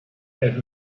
that